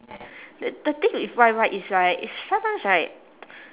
th~ the thing with Y_Y is right sh~ sometimes right